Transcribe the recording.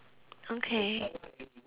okay